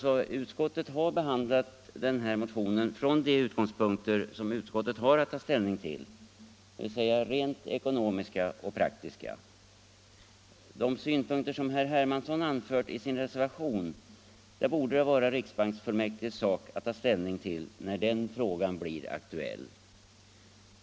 Men utskottet har behandlat denna motion med utgångspunkt i de bedömningar som utskottet har att göra, dvs. rent ekonomiska och praktiska. De synpunkter som herr Hermansson framfört i sin reservation borde det vara riksbanksfullmäktiges sak att ta ställning till när den frågan blir aktuell.